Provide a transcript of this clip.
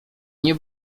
nie